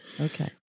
Okay